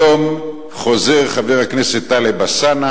היום חוזר חבר הכנסת טלב אלסאנע